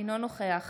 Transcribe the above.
אינו נוכח